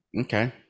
Okay